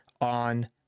on